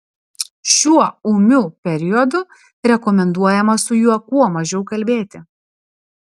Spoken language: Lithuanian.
šiuo ūmiu periodu rekomenduojama su juo kuo mažiau kalbėti